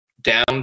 down